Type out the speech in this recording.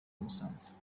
musanze